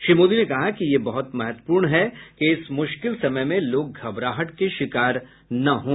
श्री मोदी ने कहा कि यह बहुत महत्वपूर्ण है कि इस मुश्किल समय में लोग घबराहट के शिकार न हों